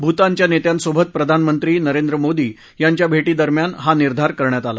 भूतानच्या नेत्यांसोबत प्रधानमंत्री नरेंद्र मोदी यांच्या भेटीदरम्यान हा निर्धार करण्यात आला